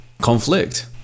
conflict